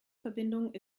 verbindung